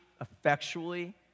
effectually